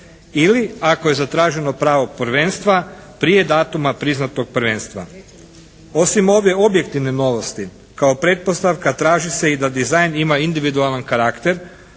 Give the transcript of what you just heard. ili ako je zatraženo pravo prvenstva prije datuma priznatog prvenstva. Osim ove objektivne novosti kao pretpostavka traži se i da dizajn ima individualan karakter,